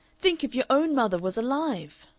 think if your own mother was alive!